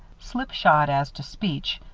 slipshod as to speech,